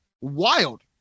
wild